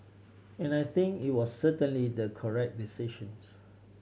and I think it was certainly the correct decisions